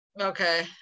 Okay